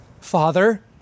father